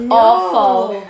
awful